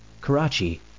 Karachi